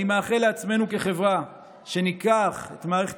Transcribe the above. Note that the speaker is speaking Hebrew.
אני מאחל לעצמנו כחברה שניקח את מערכת